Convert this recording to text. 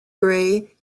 gray